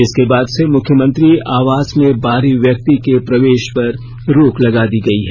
इसके बाद से मुख्यमंत्री आवास में बाहरी व्यक्ति के प्रवेश पर रोक लगा दी गई है